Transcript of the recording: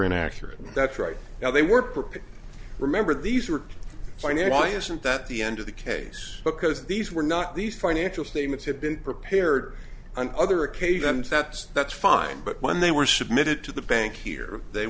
inaccurate and that's right now they were prepared remember these are financial isn't that the end of the case because these were not these financial statements have been prepared on other occasions that's that's fine but when they were submitted to the bank here they